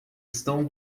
estão